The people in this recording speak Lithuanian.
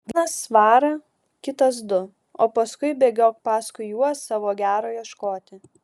vienas svarą kitas du o paskui bėgiok paskui juos savo gero ieškoti